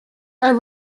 are